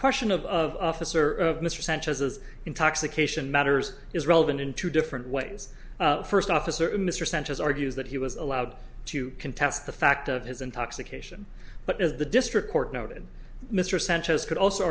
question of officer of mr sanchez's intoxication matters is relevant in two different ways first officer mr sanchez argues that he was allowed to contest the fact of his intoxication but as the district court noted mr sanchez could also